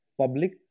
public